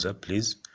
please